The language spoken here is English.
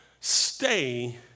Stay